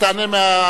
תענה מהדוכן.